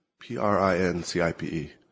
P-R-I-N-C-I-P-E